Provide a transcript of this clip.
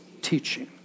teaching